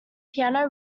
piano